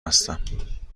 هستم